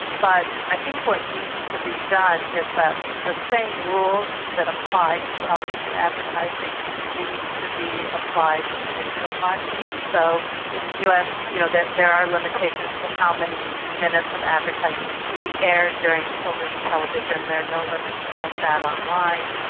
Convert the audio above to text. but i think what needs to be done is that the same rules that apply to television advertising need to be applied to digital marketing. so in the us you know there are limitations to how many minutes of advertising can be aired during children's television. there are no limits like that online.